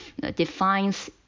defines